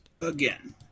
Again